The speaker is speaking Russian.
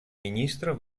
министра